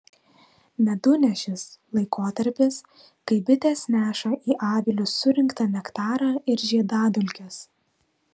medunešis laikotarpis kai bitės neša į avilius surinktą nektarą ir žiedadulkes